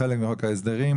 מחוק ההסדרים,